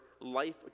life